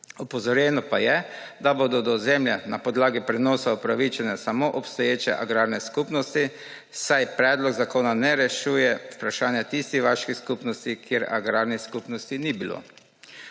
Opozorjeno pa je, da bodo do ozemlja na podlagi prenosov upravičene samo obstoječe agrarne skupnosti, saj predlog zakona ne rešuje vprašanja tistih vaških skupnosti, kjer agrarnih skupnosti ni bilo.